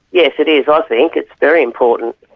yes, it is, i think, it's very important.